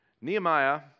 Nehemiah